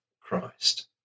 Christ